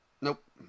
Nope